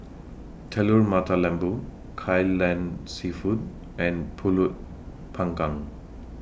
Telur Mata Lembu Kai Lan Seafood and Pulut Panggang